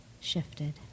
shifted